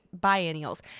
biennials